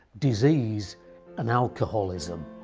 disease and alcoholism.